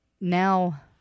now